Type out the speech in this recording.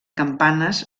campanes